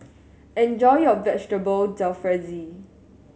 enjoy your Vegetable Jalfrezi